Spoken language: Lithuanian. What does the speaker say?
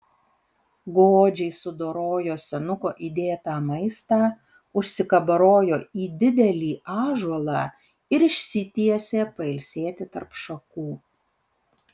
godžiai sudorojo senuko įdėtą maistą užsikabarojo į didelį ąžuolą ir išsitiesė pailsėti tarp šakų